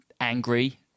angry